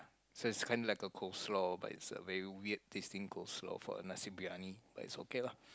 so it's kinda like a coleslaw but it's a very weird tasting coleslaw for a nasi-biryani but it's okay lah